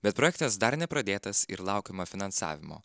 bet projektas dar nepradėtas ir laukiama finansavimo